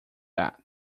that